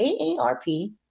AARP